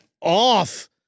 off